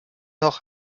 noch